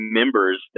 members